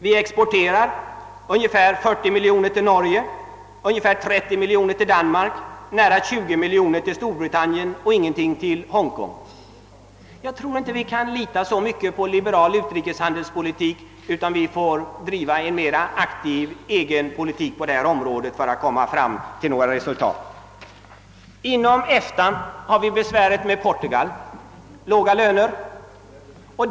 Vi exporterar för ungefär 40 miljoner kronor till Norge, för ungefär 30 miljoner kronor till Danmark, för nära 20 miljoner kronor till Storbritannien och ingenting till Hongkong. Jag tror inte vi kan lita så mycket på liberal handelspolitik utomlands, utan vi får driva en mer aktiv egen politik på detta område för att nå resultat. Inom EFTA har vi besväret med Portugal där lönerna är låga.